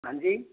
हाँ जी